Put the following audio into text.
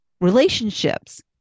relationships